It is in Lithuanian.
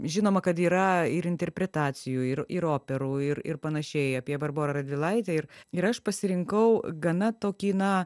žinoma kad yra ir interpretacijų ir ir operų ir ir panašiai apie barborą radvilaitę ir ir aš pasirinkau gana tokį na